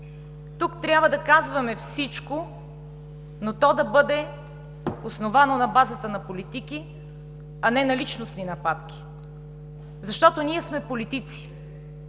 Тук трябва да казваме всичко, но то да бъде основано на базата на политики, а не на личностни нападки, защото ние сме политици,